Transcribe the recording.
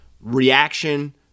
reaction